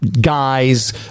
guys